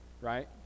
right